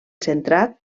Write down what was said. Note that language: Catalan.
centrat